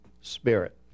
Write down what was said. Spirit